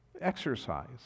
exercise